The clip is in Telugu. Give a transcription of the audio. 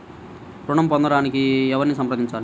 ఋణం పొందటానికి ఎవరిని సంప్రదించాలి?